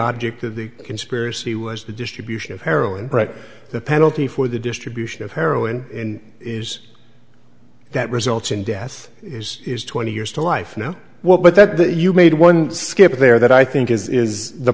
object of the conspiracy was the distribution of heroin but the penalty for the distribution of heroin in is that results in death is twenty years to life now what that that you made one skip there that i think is is the